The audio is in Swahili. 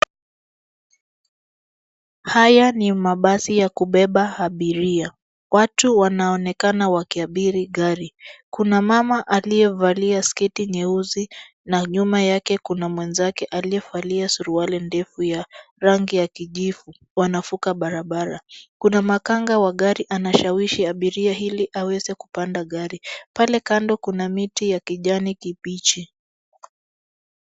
Haya ni mabasi ya kubeba abiria watu wanaonekana wakiabiri gari , kuna mama aliyevalia sketi nyeusi na nyuma yake kuna mwezake aliyevalia suruwali ndefu ya rangi ya kijjivu wanavuka barabara kuna makanga wa gari anashawishi abiria ili aweze kupanda gari pale kando miti ya kijani kibichi .